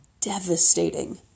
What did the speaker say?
devastating